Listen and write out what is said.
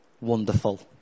wonderful